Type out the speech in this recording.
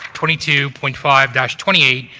twenty two point five twenty eight,